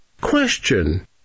Question